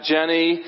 Jenny